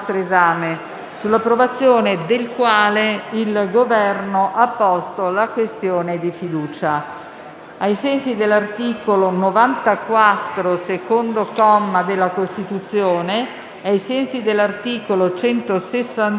sull'approvazione del quale il Governo ha posto la questione di fiducia.